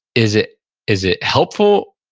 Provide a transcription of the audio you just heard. is it is it helpful?